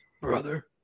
brother